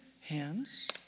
hands